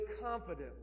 confidently